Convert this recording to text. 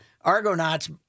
Argonauts